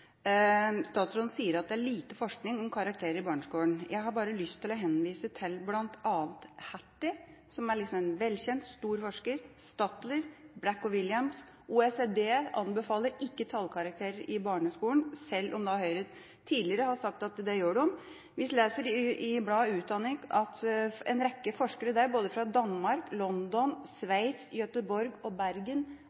Statsråden sier at det er lite forskning om karakterer i barneskolen. Jeg har bare lyst til å vise til bl.a. Hattie, en velkjent, stor forsker, Stadler, Black & William. OECD anbefaler ikke tallkarakterer i barneskolen, sjøl om Høyre tidligere har sagt at de gjør det. Vi leser i bladet Utdanning at en rekke forskere, både fra Danmark, London,